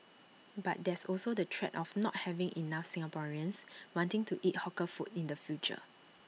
but there's also the threat of not having enough Singaporeans wanting to eat hawker food in the future